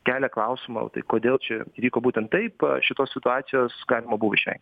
kelia klausimą o tai kodėl čia įvyko būtent taip šitos situacijos galima buvo išveng